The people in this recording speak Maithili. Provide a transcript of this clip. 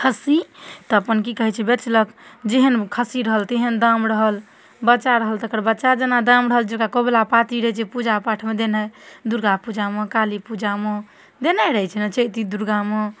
खस्सी तऽ अपन कि कहै छै बेचलक जेहन खस्सी रहल तेहन दाम रहल बच्चा रहल तकर बच्चा जेना दाम रहल जकरा कबुला पाती रहै छै पूजापाठमे देनाइ दुर्गापूजामे कालीपूजामे देनाइ रहै छै ने चैती दुर्गामे